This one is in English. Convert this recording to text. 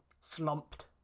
slumped